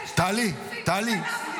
לידיעתך.